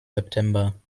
september